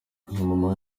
mama